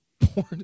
porn